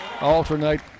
alternate